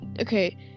okay